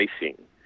racing